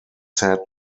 said